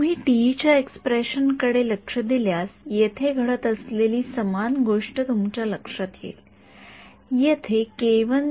तुम्ही टीई च्या एक्सप्रेशन कडे लक्ष दिल्यास येथे घडत असलेली समान गोष्ट तुमच्या लक्षात येईल येथे आहे